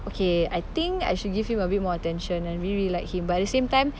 okay I think I should give him a bit more attention I really really like him but at the same time